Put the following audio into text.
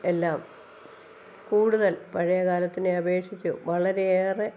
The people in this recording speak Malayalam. എല്ലാം കൂടുതല് പഴയ കാലത്തിനെ അപേക്ഷിച്ച് വളരെയേറെ